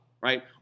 right